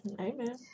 Amen